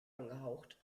angehaucht